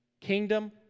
Kingdom